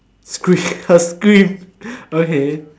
scream her scream okay